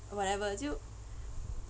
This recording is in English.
whatever so